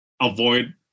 avoid